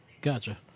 Gotcha